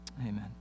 Amen